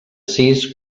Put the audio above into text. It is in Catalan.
sis